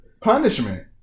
punishment